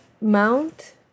mount